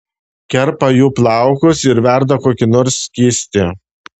kerpa jų plaukus ir verda kokį nors skystį